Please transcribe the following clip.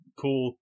cool